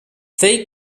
they